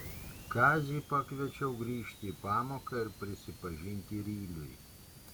kazį pakviečiau grįžti į pamoką ir prisipažinti ryliui